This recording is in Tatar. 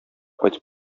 кайтып